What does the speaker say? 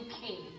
king